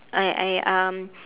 I I um